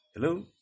Hello